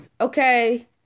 Okay